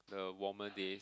the warmer day